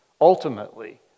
ultimately